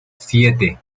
siete